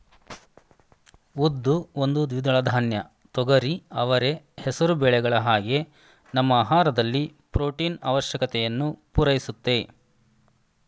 ಉದ್ದು ಒಂದು ದ್ವಿದಳ ಧಾನ್ಯ ತೊಗರಿ ಅವರೆ ಹೆಸರು ಬೇಳೆಗಳ ಹಾಗೆ ನಮ್ಮ ಆಹಾರದಲ್ಲಿ ಪ್ರೊಟೀನು ಆವಶ್ಯಕತೆಯನ್ನು ಪೂರೈಸುತ್ತೆ